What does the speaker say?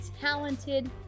talented